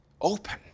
open